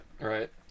right